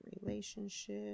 relationship